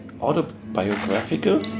autobiographical